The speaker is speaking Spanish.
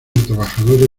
trabajadores